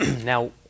Now